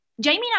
Jamie